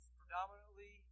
predominantly